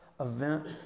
event